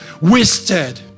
Wasted